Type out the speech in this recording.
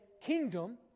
kingdom